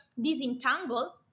disentangle